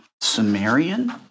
Sumerian